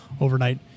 overnight